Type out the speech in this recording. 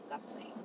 discussing